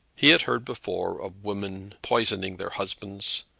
he had heard before of women poisoning their husbands,